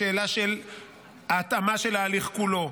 בשאלה של ההתאמה של ההליך כולו,